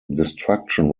destruction